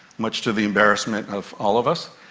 much to the embarrassment of all of us.